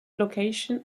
location